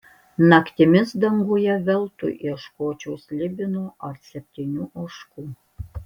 naktimis danguje veltui ieškočiau slibino ar septynių ožkų